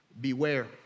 Beware